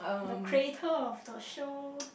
the creator of the show